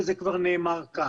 וזה כבר נאמר כאן.